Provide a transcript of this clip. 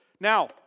Now